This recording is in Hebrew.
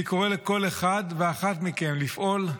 אני קורא לכל אחד ואחת מכם לפעול,